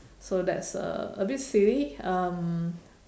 so that's uh a bit silly um